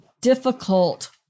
difficult